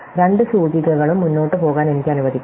രണ്ട് സൂചികകളും മുന്നോട്ട് പോകാൻ എനിക്ക് അനുവദിക്കാം